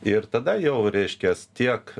ir tada jau reiškias tiek